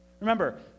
Remember